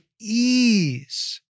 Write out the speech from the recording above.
ease